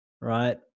right